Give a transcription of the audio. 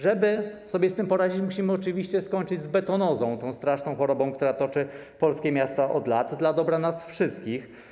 Żeby sobie z tym poradzić, musimy oczywiście skończyć z betonozą, tą straszną choroba, która toczy polskie miasta od lat, dla dobra nas wszystkich.